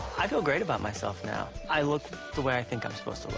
i feel great about myself now. i look the way i think i'm supposed